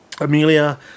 Amelia